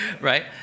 Right